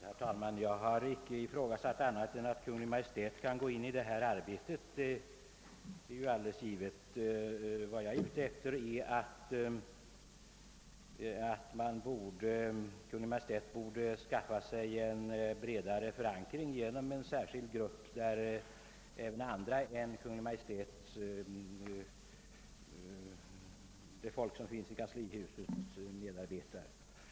Herr talman! Jag har icke avsett annat än att Kungl. Maj:t kan medverka i detta arbete, det är självklart. Vad jag är ute efter är att Kungl. Maj:t borde skaffa sig en bredare förankring genom en särskild arbetsgrupp, i vilken även andra än kanslihusets folk skulle med arbeta.